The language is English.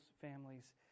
families